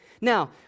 Now